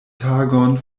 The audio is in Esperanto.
tagon